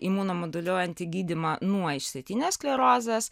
imunomoduliuojantį gydymą nuo išsėtinės sklerozės